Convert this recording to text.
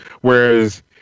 Whereas